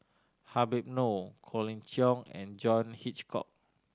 Habib Noh Colin Cheong and John Hitchcock